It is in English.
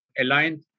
aligned